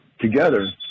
together